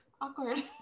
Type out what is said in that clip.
Awkward